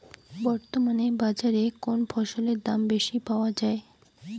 বর্তমান বাজারে কোন ফসলের দাম বেশি পাওয়া য়ায়?